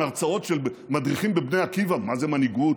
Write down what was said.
הרצאות של מדריכים בבני עקיבא מה זאת מנהיגות,